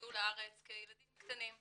שהגיעו לארץ כילדים קטנים מחו"ל,